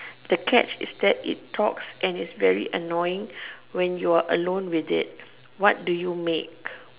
the catch is that it talks and it's very annoying when you are alone with it what do you make